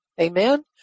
Amen